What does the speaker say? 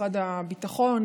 משרד הביטחון,